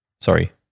sorry